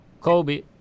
Kobe